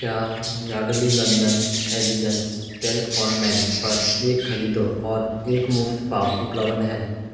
क्या Yardley London elegance talc for men पर एक खरीदो और एक मुफ़्त पाओ उपलब्ध है